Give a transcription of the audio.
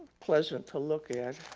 pleasant to look at.